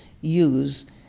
use